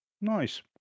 Nice